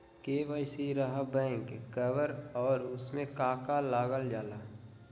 KYC रहा back cover और उसमें का का लागल जाला?